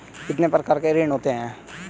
कितने प्रकार के ऋण होते हैं?